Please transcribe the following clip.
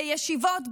בישיבות,